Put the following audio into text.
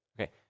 Okay